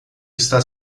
está